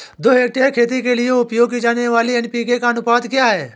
दो हेक्टेयर खेती के लिए उपयोग की जाने वाली एन.पी.के का अनुपात क्या है?